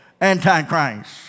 Antichrist